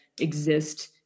exist